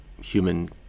human